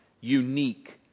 unique